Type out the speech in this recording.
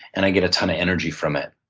and i get a ton of energy from it.